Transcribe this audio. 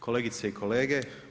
Kolegice i kolege.